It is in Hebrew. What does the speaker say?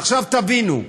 עכשיו תבינו,